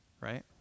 right